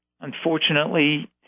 unfortunately